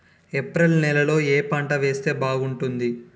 April నెలలో ఏ పంట వేస్తే బాగుంటుంది?